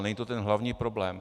Není to ten hlavní problém.